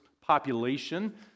population